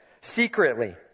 secretly